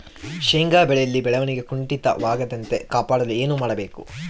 ಶೇಂಗಾ ಬೆಳೆಯಲ್ಲಿ ಬೆಳವಣಿಗೆ ಕುಂಠಿತವಾಗದಂತೆ ಕಾಪಾಡಲು ಏನು ಮಾಡಬೇಕು?